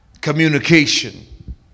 Communication